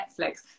Netflix